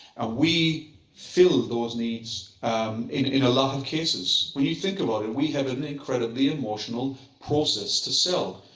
we fill those needs in a lot of cases. when you think about it, we have an incredibly emotional process to sell.